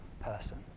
person